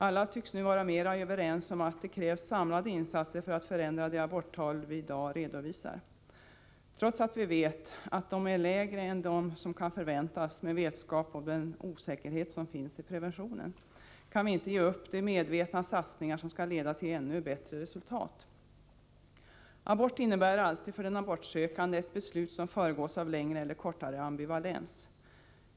Alla tycks nu vara mera överens om att det krävs samlade insatser för att förändra de aborttal vi i dag redovisar. Trots att vi vet att aborttalen är lägre än de som kan förväntas med vetskap om den osäkerhet som finns i preventionen kan vi inte ge upp de medvetna satsningar som skall leda till ännu bättre resultat. Abort innebär alltid, för den abortsökande, ett beslut som föregås av längre eller kortare ambivalens.